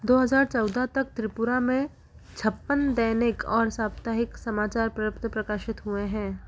दो हज़ार चौदह तक त्रिपुरा में छप्पन दैनिक और साप्ताहिक समाचार प्रप्त प्रकाशित हुए हैं